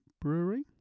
Brewery